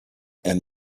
and